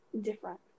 different